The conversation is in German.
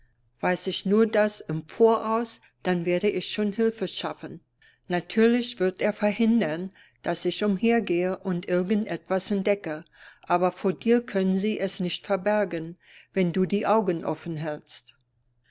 weiß ich nur das im voraus dann werde ich schon hilfe schaffen natürlich wird er verhindern daß ich umhergehe und irgend etwas entdecke aber vor dir können sie es nicht verbergen wenn du die augen offen